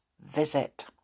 visit